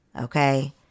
okay